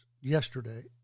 yesterday